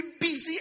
busy